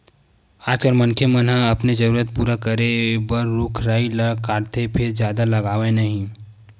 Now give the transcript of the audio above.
आजकाल मनखे मन ह अपने जरूरत पूरा करे बर रूख राई ल काटथे फेर जादा लगावय नहि